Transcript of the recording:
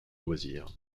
loisirs